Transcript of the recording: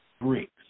bricks